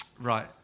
Right